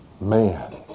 man